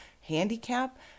handicap